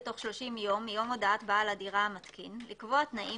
בתוך 30 יום מיום הודעת בעל הדירה המתקין לקבוע תנאים